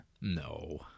No